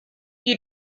you